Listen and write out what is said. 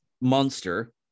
monster